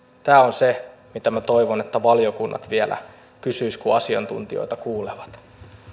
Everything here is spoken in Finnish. tämä on se mitä minä toivon että valiokunnat vielä kysyisivät kun asiantuntijoita kuulevat